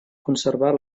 conservar